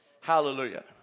Hallelujah